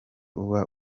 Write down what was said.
uba